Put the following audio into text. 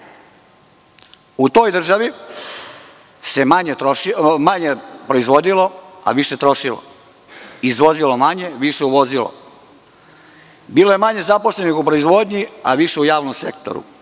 U toj državi se manje proizvodilo, a više trošilo, izvozilo manje, a uvozilo više, bilo je manje zaposlenih u proizvodnji, a više u javnom sektoru,